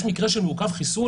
יש מקרה של איזה מעוכב חיסון,